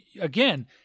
Again